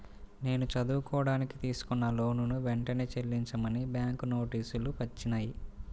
నేను చదువుకోడానికి తీసుకున్న లోనుని వెంటనే చెల్లించమని బ్యాంకు నోటీసులు వచ్చినియ్యి